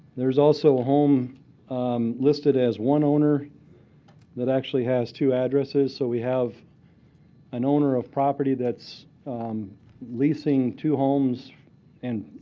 there is also a home listed as one owner that actually has two addresses. so we have an owner of property that's leasing two homes and,